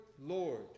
Lord